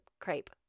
crepe